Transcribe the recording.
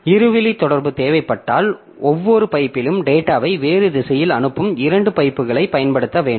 இருவழி தொடர்பு தேவைப்பட்டால் ஒவ்வொரு பைப்பிலும் டேட்டாவை வேறு திசையில் அனுப்பும் இரண்டு பைப்புகளைப் பயன்படுத்த வேண்டும்